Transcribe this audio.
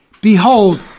Behold